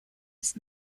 ist